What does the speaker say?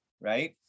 Right